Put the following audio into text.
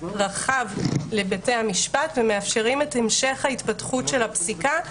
רחב לבתי המשפט ומאפשרים את המשך ההתפתחות של הפסיקה,